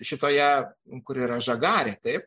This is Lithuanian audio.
šitoje kur yra žagarė taip